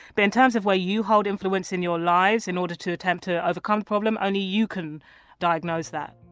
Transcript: but in terms of where you hold influence in your lives? in order to attempt to overcome the problem, only you can diagnose that